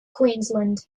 queensland